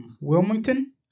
Wilmington